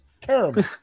terrible